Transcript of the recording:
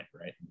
right